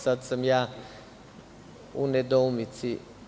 Sada sam u nedoumici.